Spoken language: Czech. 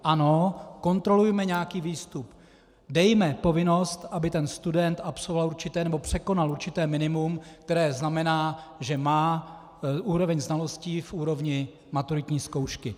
Ano, kontrolujme nějaký výstup, dejme povinnost, aby ten student překonal určité minimum, které znamená, že má úroveň znalostí v úrovni maturitní zkoušky.